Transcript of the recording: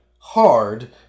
hard